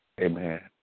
Amen